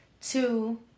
Two